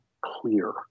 clear